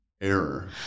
error